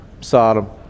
Sodom